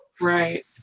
Right